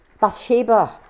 Bathsheba